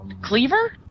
cleaver